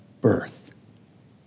birth